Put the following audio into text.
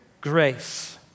grace